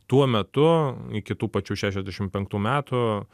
tuo metu iki tų pačių šešiasdešim penktų metų